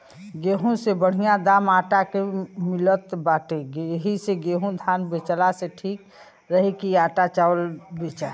गेंहू से बढ़िया दाम आटा के मिलत बाटे एही से गेंहू धान बेचला से ठीक रही की आटा चावल बेचा